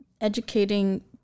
educating